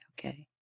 Okay